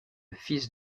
fils